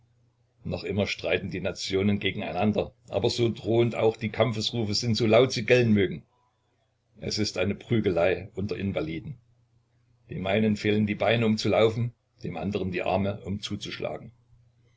noch immer streiten die nationen gegeneinander aber so drohend auch die kampfrufe sind so laut sie gellen mögen es ist eine prügelei unter invaliden dem einen fehlen die beine um zu laufen dem anderen die arme um zuzuschlagen